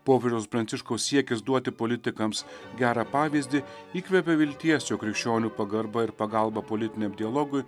popiežiaus pranciškaus siekis duoti politikams gerą pavyzdį įkvepia vilties jog krikščionių pagarba ir pagalba politiniam dialogui